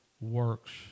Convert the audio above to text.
works